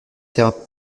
terrain